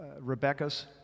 Rebecca's